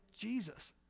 Jesus